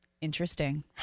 Interesting